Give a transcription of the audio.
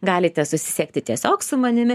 galite susisiekti tiesiog su manimi